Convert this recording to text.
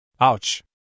Ouch